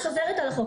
את עוברת על החוק,